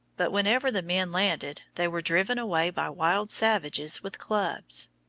but whenever the men landed they were driven away by wild savages with clubs.